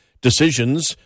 decisions